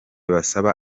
basaba